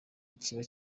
kiba